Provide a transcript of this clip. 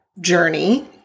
journey –